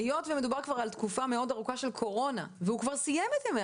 היות ומדובר כבר על תקופה מאוד ארוכה של קורונה והוא כבר סיים את ימי